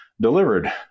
delivered